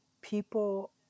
people